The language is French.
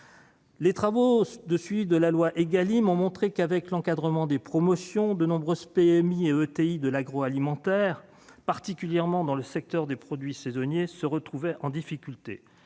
les travaux de suivi de la loi Égalim ont montré que, avec l'encadrement des promotions, de nombreuses PME et ETI de l'agroalimentaire, particulièrement dans le secteur des produits saisonniers, se trouvent en difficulté.